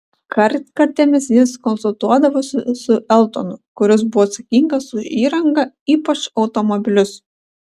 kartkartėmis jis konsultuodavosi su eltonu kuris buvo atsakingas už įrangą ypač automobilius